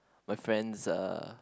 my friend's uh